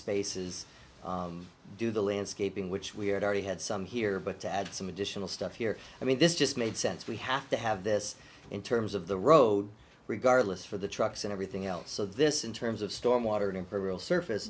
spaces do the landscaping which we had already had some here but to add some additional stuff here i mean this just made sense we have to have this in terms of the road regardless for the trucks and everything else so this in terms of stormwater temporal surface